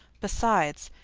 besides,